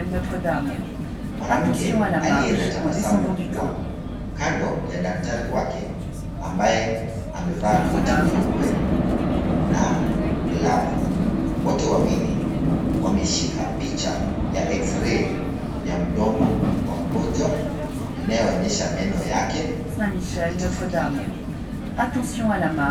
Mwanamke aliye na tabasamu kubwa kando ya daktari wake ambaye amevaa koti nyeupe na glavu. Wote wawili wameshika picha ya X-Ray ya mdomo wa mgonjwa inayoonyesha meno yake na vitu zingine.